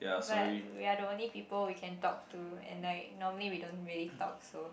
but we are the only people we can talk to and like normally we don't really talk so